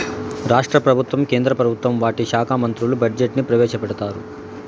రాష్ట్ర ప్రభుత్వం కేంద్ర ప్రభుత్వం వాటి శాఖా మంత్రులు బడ్జెట్ ని ప్రవేశపెడతారు